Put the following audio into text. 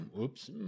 Oops